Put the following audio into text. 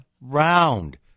round